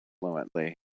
fluently